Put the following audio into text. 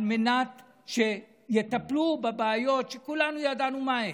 על מנת שיטפלו בבעיות, שכולנו ידענו מהן.